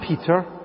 Peter